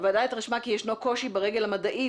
הוועדה התרשמה כי ישנו קושי ברגל המדעית.